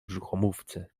brzuchomówcy